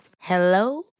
Hello